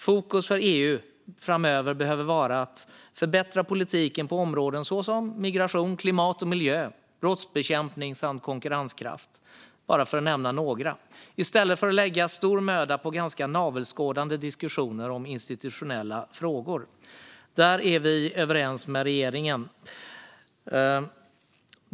Fokus för EU framöver behöver alltså vara att förbättra politiken på områden som migration, klimat och miljö, brottsbekämpning och konkurrenskraft, för att bara nämna några, i stället för att lägga stor möda på ganska navelskådande diskussioner om institutionella frågor. Där är vi överens med regeringen.